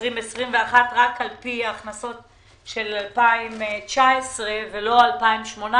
2021 רק לפי הכנסות של 2019 ולא 2018.